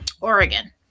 Oregon